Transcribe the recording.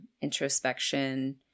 introspection